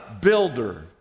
builder